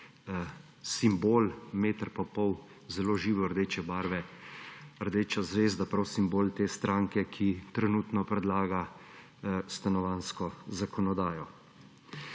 simbol meter pa pol zelo živo rdeče barve rdeča zvezda, prav simbol te stranke, ki trenutno predlaga stanovanjsko zakonodajo.